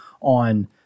on